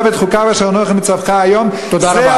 ואת חקיו אשר אנכי מצוך היום" תודה רבה.